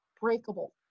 breakable